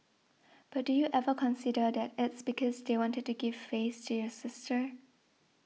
but do you ever consider that it's because they wanted to give face to your sister